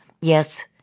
Yes